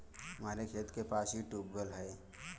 हमारे खेत के पास ही ट्यूबवेल है